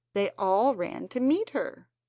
they all ran to meet her.